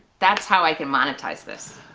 that's how i can monetize this.